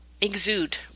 exude